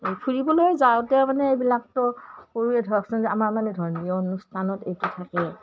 এই ফুৰিবলৈ যাওঁতে মানে এইবিলাকতো কৰোঁৱে ধৰকচোন যে আমাৰ মানে ধৰ্মীয় অনুষ্ঠানত এইটো থাকে